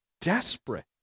desperate